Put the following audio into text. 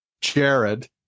Jared